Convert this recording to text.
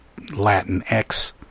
Latinx